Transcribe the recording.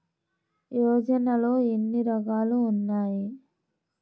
యోజనలో ఏన్ని రకాలు ఉన్నాయి?